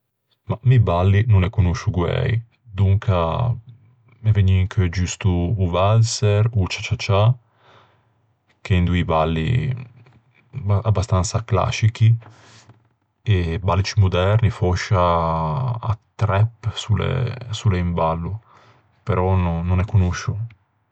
Mah, mi balli no ne conoscio guæi, donca me vëgne in cheu giusto o valser, o cha-cha-cha, ch'en doî balli abastansa clascichi. E balli ciù moderni, fòscia a trap, s'o l'é-s'o l'é un ballo. Però no- no ne conoscio.